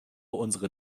unsere